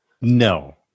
No